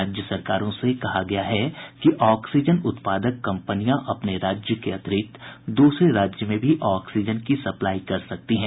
राज्य सरकारों से कहा गया है कि ऑक्सीजन उत्पादक कंपनियां अपने राज्य के अतिरिक्त दूसरे राज्य में भी ऑक्सीजन की सप्लाई कर सकती हैं